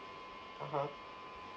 (uh huh)